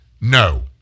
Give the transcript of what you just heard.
No